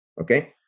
okay